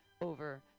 over